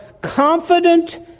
confident